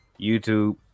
YouTube